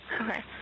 Okay